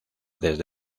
desde